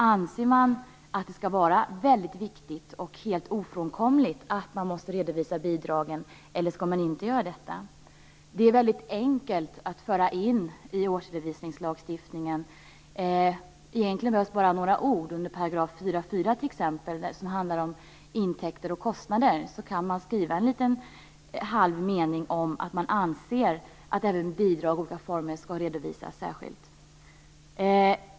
Anser man att det är väldigt viktigt och helt ofrånkomligt att bidragen måste redovisas eller skall det inte vara så? Det är väldigt enkelt att föra in det i årsredovisningslagstiftningen. Egentligen behövs det bara några ord. Under t.ex. 4 § fjärde punkten, som handlar om intäkter och kostnader, kan man skriva en liten halv mening om att man anser att även bidrag i olika former skall redovisas särskilt.